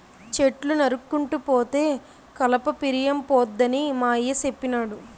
చెట్లు నరుక్కుంటూ పోతే కలప పిరియంపోద్దని మా అయ్య సెప్పినాడు